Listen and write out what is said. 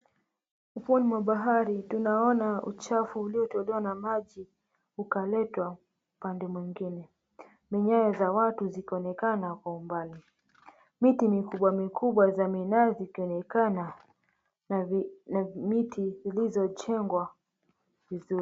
Ufomo mwa bahari tunaona uchafu uliotolewa na maji ukaletwa pande nyingine. Minyaya za watu zikonekana kwa mbali. Miti mikubwa mikubwa za minazi zikonekana na miti zilizo jengwa vizuri.